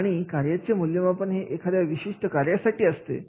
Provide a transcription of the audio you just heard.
आणि कार्याचे मूल्यमापन हे एखाद्या विशिष्ट कार्यासाठी असते